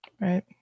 Right